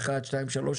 1-2-3,